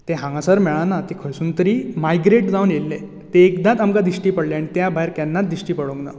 ते हांगासर मेळना ते खंयसुन तरी मायग्रेट जावन येयल्ले ते एकदांच आमकां दिश्टी पडले आनी त्या भायर केन्नाच दिश्टी पडोंक ना